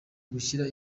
ugushyira